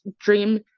dream